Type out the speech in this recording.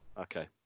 Okay